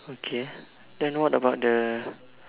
okay then what about the